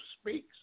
speaks